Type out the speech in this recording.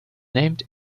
named